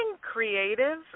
creative